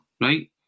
Right